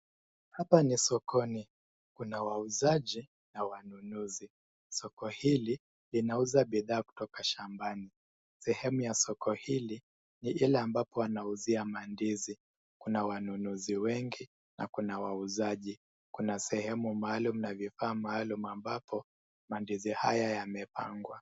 Hapa ni sokoni. Kuna wauzaji na wanunuzi. Soko hili inauza bidhaa kutoka shambani. Sehemu ya soko hili ni ile ambapo wanauzia mandizi. Kuna wanunuzi wengi na kuna wauzaji. Kuna sehemu maalum na vifaa maalum ambapo mandizi haya yamepangwa.